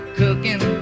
cooking